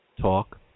Talk